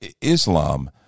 Islam